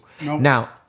Now